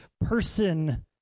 person